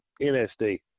NSD